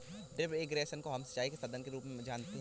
drip irrigation को हम सिंचाई के साधन के रूप में जानते है